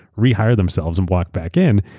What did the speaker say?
rehire themselves, and walk back in.